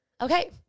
Okay